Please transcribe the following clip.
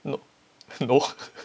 no no